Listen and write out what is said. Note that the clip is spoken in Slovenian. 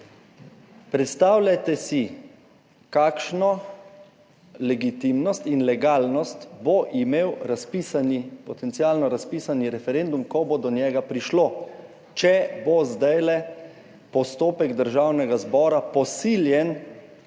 Predstavljajte si, kakšno legitimnost in legalnost bo imel razpisani, potencialno razpisani referendum, ko bo do njega prišlo, če bo zdajle postopek Državnega zbora posiljen